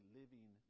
living